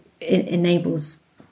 enables